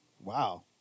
Wow